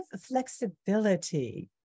flexibility